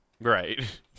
Right